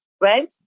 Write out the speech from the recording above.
right